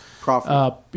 profit